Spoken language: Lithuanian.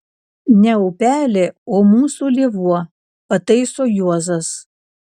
ne upelė o mūsų lėvuo pataiso juozas